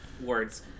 Words